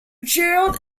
gerald